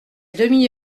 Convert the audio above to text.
demi